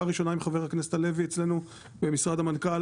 הראשונה עם חבר הכנסת הלוי אצלנו במשרד המנכ"ל,